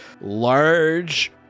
large